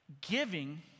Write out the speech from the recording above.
Giving